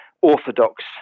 orthodox